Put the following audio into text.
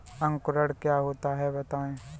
अंकुरण क्या होता है बताएँ?